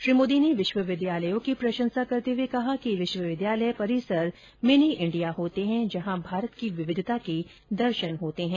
श्री मोदी ने विश्वविद्यालयों की प्रशंसा करते हुए कहा कि विश्वविद्यालय परिसर मिनी इंडिया होते हैं जहां भारत की विविधता के दर्शन होते हैं